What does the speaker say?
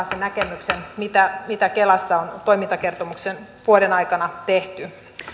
sen näkemyksen mitä mitä kelassa on toimintakertomuksen vuoden aikana tehty